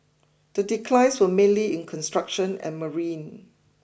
the declines were mainly in construction and marine